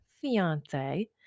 fiance